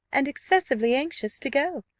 and excessively anxious to go.